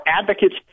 advocates